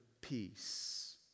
peace